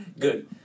Good